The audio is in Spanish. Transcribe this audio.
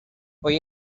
hoy